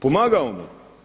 Pomagao mu.